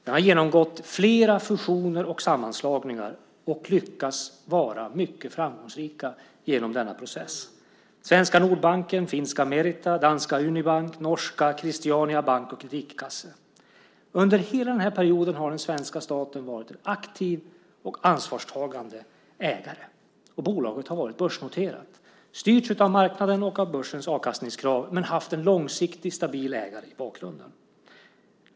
Den har genomgått flera fusioner och sammanslagningar och lyckats vara mycket framgångsrik genom denna process. Det handlar om svenska Nordbanken, finska Merita, danska Unibank, norska Christiania Bank og Kreditkasse. Under hela den här perioden har den svenska staten varit en aktiv och ansvarstagande ägare. Bolaget har varit börsnoterat. Det har styrts av marknaden och börsens avkastningskrav men haft en långsiktig, stabil ägare i bakgrunden.